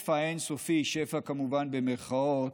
מהשפע האין-סופי, "שפע" במירכאות,